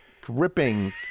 gripping